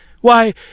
Why